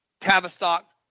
Tavistock